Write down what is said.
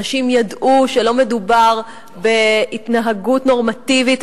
אנשים ידעו שלא מדובר בהתנהגות נורמטיבית,